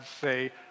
say